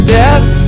death